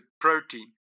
protein